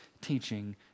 teaching